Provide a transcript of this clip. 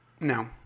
No